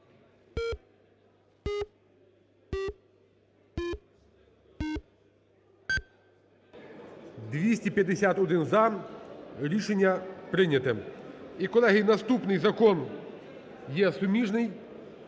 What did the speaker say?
За-251 Рішення прийнято. І, колеги, наступний закон є суміжний.